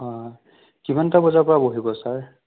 হাঁ কিমানটা বজাৰ পৰা বহিব ছাৰ